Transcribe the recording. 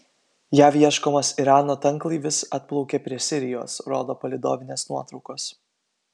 jav ieškomas irano tanklaivis atplaukė prie sirijos rodo palydovinės nuotraukos